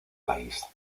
país